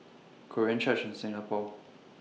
Korean Church in Singapore